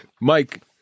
Mike